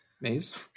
Maze